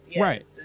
Right